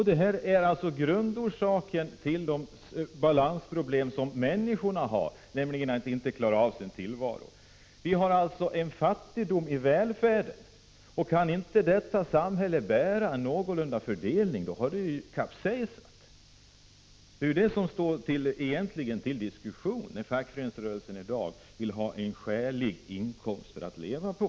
Det är grundorsaken till de balansproblem som människorna har och som innebär att de inte klarar av sin tillvaro. Vi har alltså en fattigdom i välfärden. Kan inte detta samhälle bära en någorlunda fördelning, så har vi ju kapsejsat. Det är detta som egentligen står till diskussion när fackföreningsrörelsen i dag vill att människorna skall ha en skälig inkomst att leva på.